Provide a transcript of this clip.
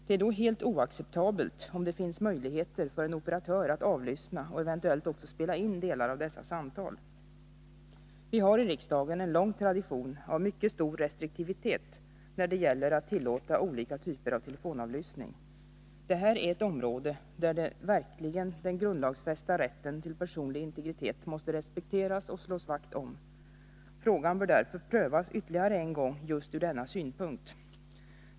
Det är då helt oacceptabelt om det finns möjligheter för en operatör att avlyssna och eventuellt också spela in delar av dessa samtal. Vi har i riksdagen en lång tradition av mycket stor restriktivitet när det gäller att tillåta olika typer av telefonavlyssning. Det här är ett område där verkligen den grundlagsfästa rätten till personlig integritet måste respekteras och slås vakt om. Frågan bör därför prövas ytterligare en gång just ur denna synpunkt.